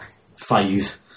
phase